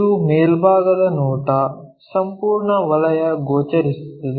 ಇದು ಮೇಲ್ಭಾಗದ ನೋಟ ಸಂಪೂರ್ಣ ವಲಯ ಗೋಚರಿಸುತ್ತದೆ